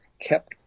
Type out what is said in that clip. kept